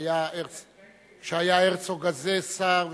כשהיה הרצוג הזה שר,